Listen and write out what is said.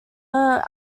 are